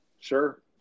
Sure